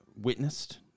witnessed